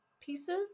Pieces